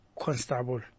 constable